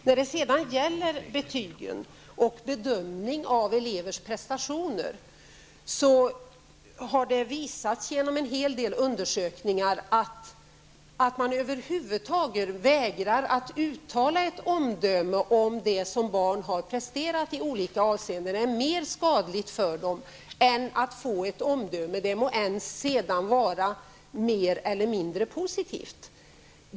När det sedan gäller bedömning av elevers prestationer har det visat sig i en hel del undersökningar att om man över huvud taget vägrar att uttala ett omdöme om det som ett barn har presterat i olika avseenden, är det mer skadligt för barnet än att få ett omdöme -- det må sedan vara mer eller mindre positivt.